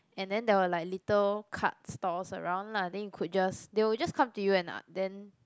and then there were like little cart stores around lah and you could just they would just come to you and uh then